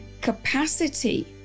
capacity